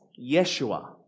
Yeshua